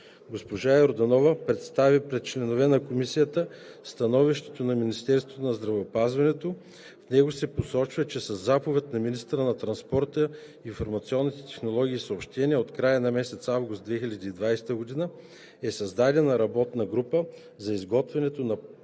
Госпожа Йорданова представи пред членовете на Комисията становището на Министерството на здравеопазването. В него се посочва, че със заповед на министъра на транспорта, информационните технологии и съобщенията от края на месец август 2020 г. е създадена работна група за изготвянето на